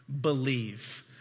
Believe